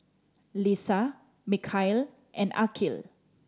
Lisa Mikhail and Aqil